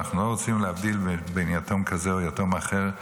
ואנחנו לא רוצים להבדיל בין יתום כזה ויתום אחר,